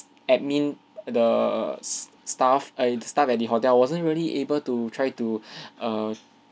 admin the staff a staff at the hotel wasn't really able to try to err